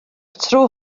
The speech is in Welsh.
tro